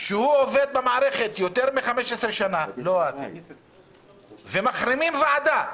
שעובד במערכת יותר מ-15 שנה, מחרימים ועדה.